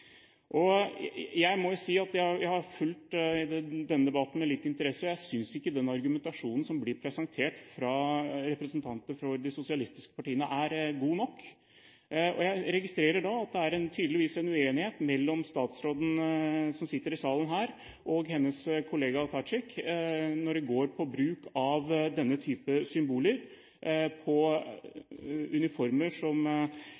og er stolte av å bære. Jeg må si at jeg har fulgt denne debatten med litt interesse, og jeg synes ikke den argumentasjonen som blir presentert fra representanter for de sosialistiske partiene, er god nok. Jeg registrerer at det tydeligvis er uenighet mellom den statsråden som sitter her i salen, og hennes kollega Tadjik når det gjelder bruk av denne type symboler på uniformer som